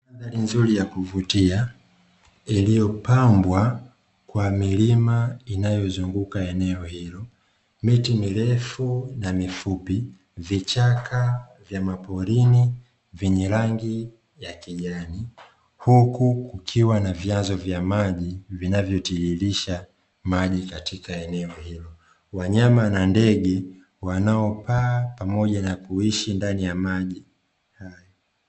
Mandhari nzuri ya kuvutia, iliyopambwa kwa milima inayozunguka eneo hilo, miti mirefu na mifupi, vichaka vya maporini vyenye rangi ya kijani, huku kukiwa na vyanzo vya maji vinavyotiririsha maji katika eneo hilo. Wanyama na ndege wanaopaa pamoja na kuishi ndani ya maji hayo.